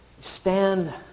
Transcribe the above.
Stand